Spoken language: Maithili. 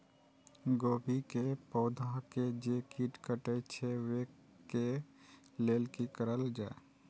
गोभी के पौधा के जे कीट कटे छे वे के लेल की करल जाय?